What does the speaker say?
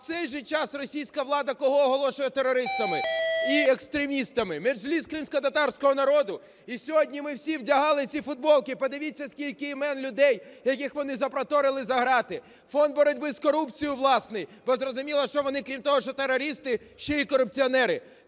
в цей же час російська влада кого оголошує терористами і екстремістами? Меджліс кримськотатарського народу? І сьогодні ми всі вдягали ці футболки, подивіться, скільки імен людей, яких вони запроторили за грати. Фонд боротьби з корупцією власний, бо зрозуміло, що вони крім того, що терористи, ще і корупціонери.